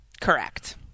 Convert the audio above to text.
Correct